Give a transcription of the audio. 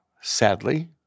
sadly